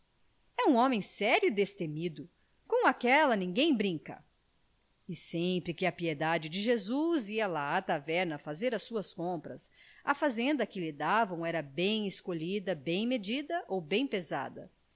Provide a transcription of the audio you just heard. um homem sério e destemido com aquele ninguém brinca e sempre que a piedade de jesus ia lá à taverna fazer as suas compras a fazenda que lhe davam era bem escolhida bem medida ou bem pesada